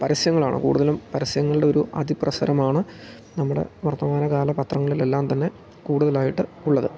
പരസ്യങ്ങളാണ് കൂടുതലും പരസ്യങ്ങളുടെ ഒരു അതിപ്രസരമാണ് നമ്മുടെ വർത്തമാനകാല പത്രങ്ങളിലെല്ലാം തന്നെ കൂടുതലായിട്ട് ഉള്ളത്